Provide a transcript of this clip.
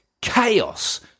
chaos